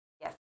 Yes